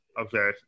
okay